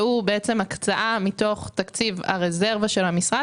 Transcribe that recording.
שהוא הקצאה מתוך תקציב הרזרבה של המשרד,